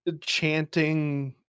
chanting